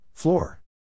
Floor